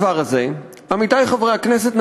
עמיתי חברי הכנסת,